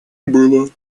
было